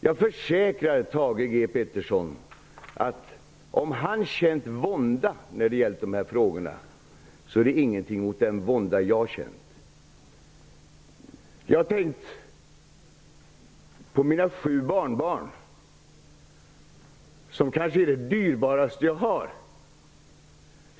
Jag försäkrar Thage G Peterson att om han känner vånda när det gäller de här frågorna, så är det ingenting mot den vånda jag känner. Jag har tänkt på mina sju barnbarn, som kanske är det dyrbaraste jag har.